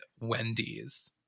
Wendy's